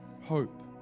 hope